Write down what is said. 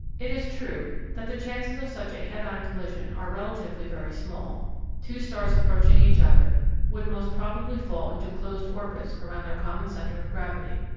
it is true that the chances of such a head-on' collision are relatively very small two stars approaching each other would most probably fall into closed orbits around their common center of gravity.